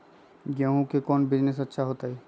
गेंहू के कौन बिजनेस अच्छा होतई?